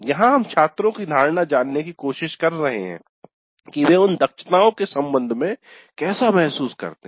यहां हम छात्रों की धारणा जानने करने की कोशिश कर रहे हैं कि वे उन दक्षताओं के संबंध में कैसा महसूस करते हैं